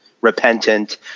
repentant